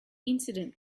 incident